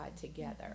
together